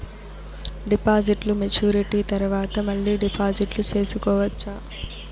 డిపాజిట్లు మెచ్యూరిటీ తర్వాత మళ్ళీ డిపాజిట్లు సేసుకోవచ్చా?